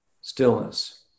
stillness